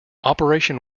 operation